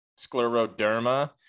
Scleroderma